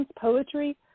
poetry